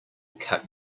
cut